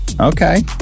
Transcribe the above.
Okay